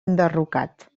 enderrocat